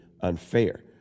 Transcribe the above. unfair